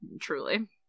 truly